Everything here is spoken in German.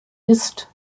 ist